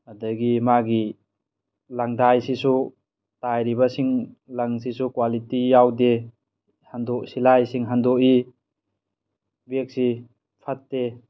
ꯑꯗꯒꯤ ꯃꯥꯒꯤ ꯂꯪꯗꯥꯏꯁꯤꯁꯨ ꯇꯥꯏꯔꯤꯕꯁꯤꯡ ꯂꯪꯁꯤꯁꯨ ꯀ꯭ꯋꯥꯂꯤꯇꯤ ꯌꯥꯎꯗꯦ ꯁꯤꯜꯂꯥꯏꯁꯤꯡ ꯍꯟꯗꯣꯛꯏ ꯕꯦꯛꯁꯤ ꯐꯠꯇꯦ